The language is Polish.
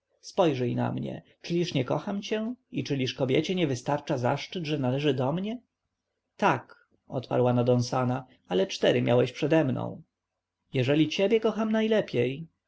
spojrzyj na mnie czyliż nie kocham cię i czyliż kobiecie nie wystarcza zaszczyt że należy do mnie tak odparła nadąsana ale cztery miałeś przede mną jeżeli ciebie kocham najlepiej